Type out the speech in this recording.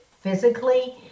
physically